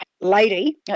lady